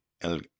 El